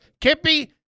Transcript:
Kippy